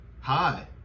Hi